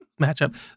matchup